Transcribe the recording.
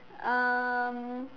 um